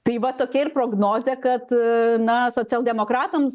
tai va tokia ir prognozė kad na socialdemokratams